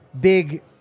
big